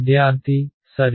విద్యార్థి సరి